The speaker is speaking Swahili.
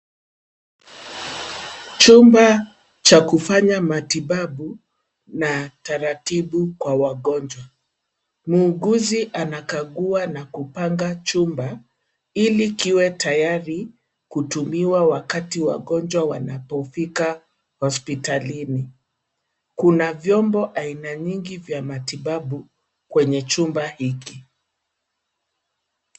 Chumba cha kufanya matibabu na taratibu kwa wagonjwa. Muuguzi anakagua na kupanga chumba ili kiwe tayari kutumiwa wakati wagonjwa wanapofika hospitalini. Kuna vyombo aina nyingi vya matibabu kwenye chumba hiki.